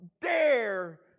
dare